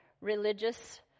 religious